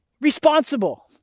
Responsible